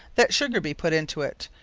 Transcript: that sugar be put into it,